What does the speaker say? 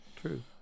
True